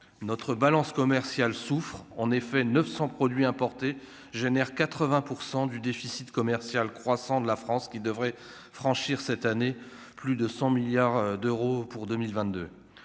notre balance commerciale souffre en effet 900 produits importés génère 80 % du déficit commercial croissant de la France qui devrait franchir cette année plus de 100 milliards d'euros pour 2022,